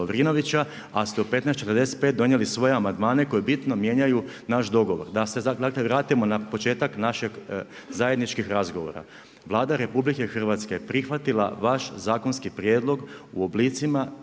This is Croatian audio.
ali ste u 15,45 donijeli svoje amandmane koji bitno mijenjaju naš dogovor. Da se dakle vratimo na početak našeg zajedničkog razgovora. Vlada Republike Hrvatske je prihvatila vaš zakonski prijedlog u oblicima